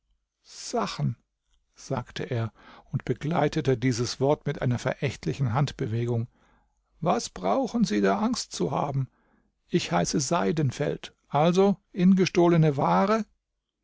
sachen sagte er und begleitete dieses wort mit einer verächtlichen handbewegung was brauchen sie da angst zu haben ich heiße seidenfeld also in gestohlene ware